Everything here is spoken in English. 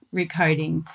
recoding